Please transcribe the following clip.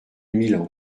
milan